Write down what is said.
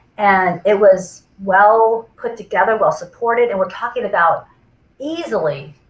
and it was well put together, well supported and we're talking about easily,